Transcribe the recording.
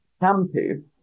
shampoo